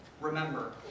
remember